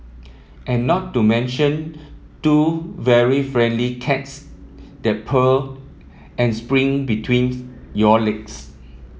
and not to mention two very friendly cats that purr and sprint betweens your legs